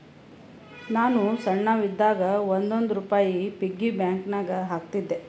ನಾನು ಸಣ್ಣವ್ ಇದ್ದಾಗ್ ಒಂದ್ ಒಂದ್ ರುಪಾಯಿ ಪಿಗ್ಗಿ ಬ್ಯಾಂಕನಾಗ್ ಹಾಕ್ತಿದ್ದೆ